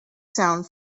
sound